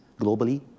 globally